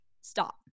stop